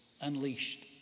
unleashed